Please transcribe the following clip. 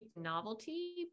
novelty